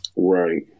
Right